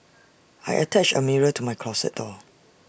I attached A mirror to my closet door